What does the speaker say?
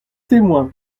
témoin